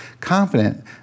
confident